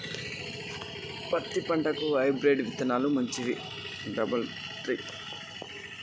పత్తి పంటకి ఏ విత్తనాలు మంచివి?